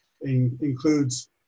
includes